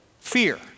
fear